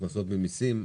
הכנסות ממסים,